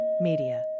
Media